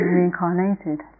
reincarnated